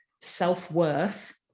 self-worth